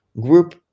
group